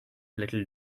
little